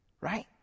right